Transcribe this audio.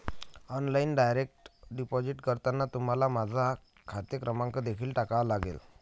online direct deposit करताना तुम्हाला माझा खाते क्रमांक देखील टाकावा लागेल